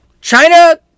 China